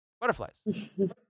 Butterflies